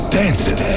dancing